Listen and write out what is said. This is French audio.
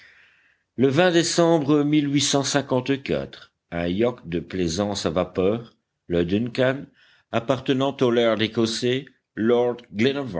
le décembre un yacht de plaisance à vapeur le duncan appartenant au laird écossais lord